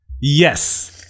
yes